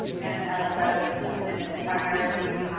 and, as, ah, josephine mentioned, primarily,